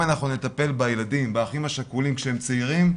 אנחנו נטפל באחים השכולים כשהם צעירים,